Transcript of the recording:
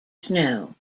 snow